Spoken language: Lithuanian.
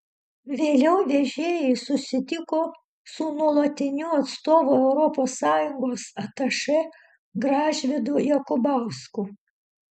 vėliau vežėjai susitiko su nuolatiniu atstovu europos sąjungos atašė gražvydu jakubausku